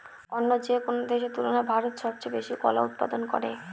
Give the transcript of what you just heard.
অন্য যেকোনো দেশের তুলনায় ভারত সবচেয়ে বেশি কলা উৎপাদন করে